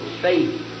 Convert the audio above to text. faith